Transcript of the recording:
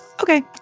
Okay